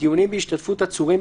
דיונים בהשתתפות עצורים,